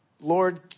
Lord